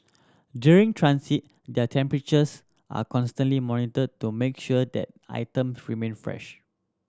during transit their temperatures are constantly monitored to make sure that item remain fresh